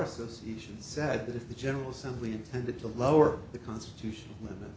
association said that if the general assembly intended to lower the constitutional limit